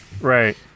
Right